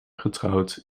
getrouwd